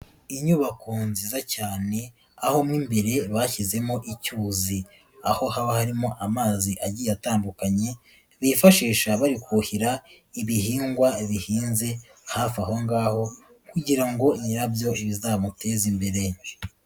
Inyubako nziza cyane, aho mimbere bashyizemo icyuzi, aho haba harimo amazi atandukanye bifashisha bari kuhira ibihingwa bihinze hafi aho ngaho kugira ngo nyirabyo bizamuteze imbere.